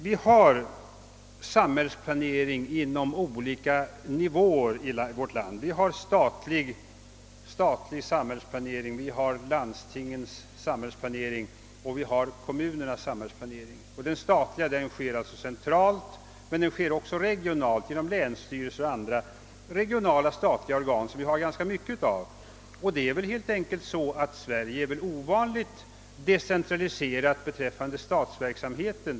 Vi har samhällsplanering på olika nivåer i vårt land. Vi har statlig samhällsplanering, landstingens samhällsplanering och kommunernas samhällsplanering. Den statliga samhällsplanetingen sker centralt men också regionalt genom länsstyrelser och andra regionala statliga organ, som vi har ganska mycket av. Sverige är ovanligt decentraliserat beträffande statsverksamheten.